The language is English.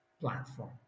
platform